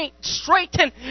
straighten